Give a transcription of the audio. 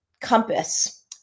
compass